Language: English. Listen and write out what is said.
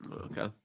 Okay